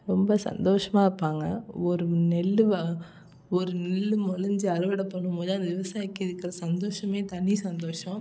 ரொம்ப சந்தோஷமாக இருப்பாங்க ஒரு நெல் வ ஒரு நெல் வெளைஞ்சி அறுவடை பண்ணும்போது அந்த விவசாயிக்கு இருக்கிற சந்தோஷமே தனி சந்தோஷம்